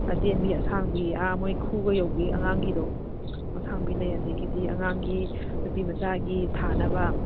ꯑꯇꯦꯟꯕꯤ ꯑꯁꯥꯡꯕꯤ ꯑꯥ ꯃꯣꯒꯤ ꯈꯨꯒ ꯌꯧꯕꯤ ꯑꯉꯥꯡꯒꯤꯗꯣ ꯑꯁꯥꯡꯕꯤ ꯂꯩ ꯑꯗꯒꯤꯗꯤ ꯑꯉꯥꯡꯒꯤ ꯅꯨꯄꯤ ꯃꯆꯥꯒꯤ ꯊꯥꯅꯕ